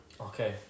okay